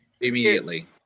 immediately